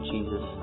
Jesus